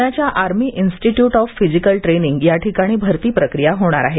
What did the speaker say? पुण्याच्या army institute of physical training या ठिकाणी भरती प्रक्रिया होणार आहे